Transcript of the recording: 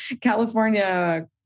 California